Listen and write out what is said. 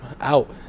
out